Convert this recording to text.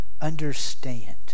understand